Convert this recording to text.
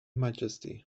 majesty